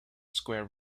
square